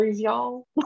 y'all